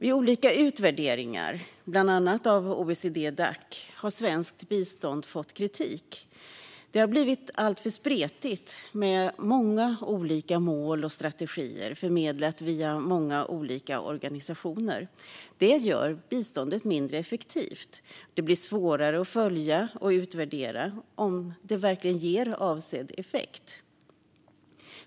I olika utvärderingar, bland annat av OECD-Dac, har svenskt bistånd fått kritik. Det har blivit alltför spretigt, har många olika mål och strategier och förmedlas via många olika organisationer. Det gör biståndet mindre effektivt. Det blir svårare att följa och utvärdera om det verkligen ger avsedd effekt.